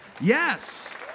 Yes